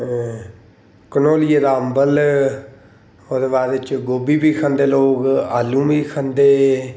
कंढोली दा अंबल ओह्दे बाद बिच गोभी बी खंदे लोग आलू बी खंदे